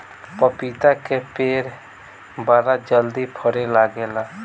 पपीता के पेड़ बड़ा जल्दी फरे लागेला